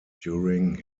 during